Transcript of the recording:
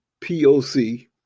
POC